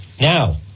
Now